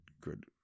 good